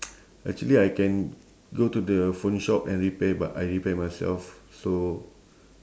actually I can go to the phone shop and repair but I repair myself so